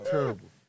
Terrible